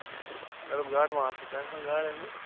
اچھا اچھا اچھا مےٚ دوٚپ گاڈٕ ما آسنو تۄہہِ آسوٕ نہ گاڈٕ أنمٕژ